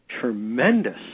tremendous